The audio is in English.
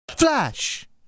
Flash